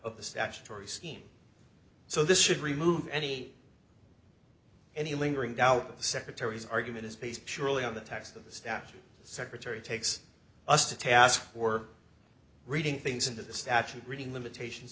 of the statutory scheme so this should remove any any lingering doubt that the secretary's argument is based purely on the text of the statute secretary takes us to task for reading things into the statute reading limitations